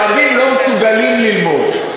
שהבן של רבי נהוראי היה עילוי חריג,